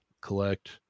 collect